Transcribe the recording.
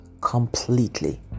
completely